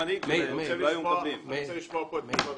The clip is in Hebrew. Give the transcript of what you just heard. אני רוצה לשמוע פה את משרד החינוך.